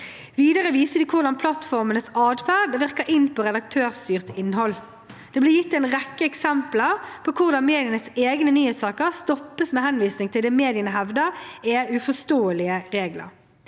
Videre viste de hvordan plattformenes atferd virker inn på redaktørstyrt innhold. Det ble gitt en rekke eksempler på hvordan medienes egne nyhetssaker stoppes med henvisning til det mediene hevder er uforståelige regler.